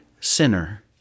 sinner